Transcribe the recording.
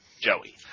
Joey